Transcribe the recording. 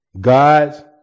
God's